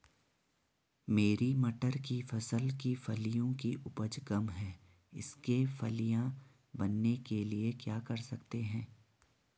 मेरी मटर की फसल की फलियों की उपज कम है इसके फलियां बनने के लिए क्या कर सकते हैं?